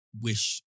wish